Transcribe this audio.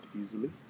easily